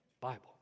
Bible